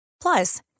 Plus